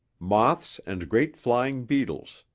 moths and great flying beetles,